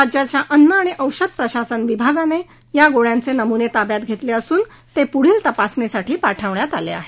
राज्याच्या अन्न आणि औषध प्रशासन विभागाने या गोळयांचे नमुने ताब्यात घेतले असून ते पुढील तपासणीसाठी पाठवण्यात आले आहेत